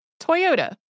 Toyota